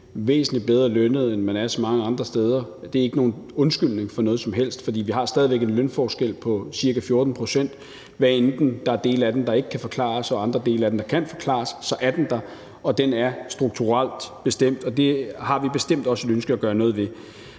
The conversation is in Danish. væsentlig bedre lønnet, end man er så mange andre steder. Det er ikke nogen undskyldning for noget som helst, for vi har stadig væk en lønforskel på ca. 14 pct. Hvad enten der er dele af den, der ikke kan forklares, og andre dele af den, der kan forklares, så er den der, og den er strukturelt bestemt. Og det har vi bestemt også et ønske om at gøre noget ved.